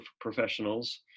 professionals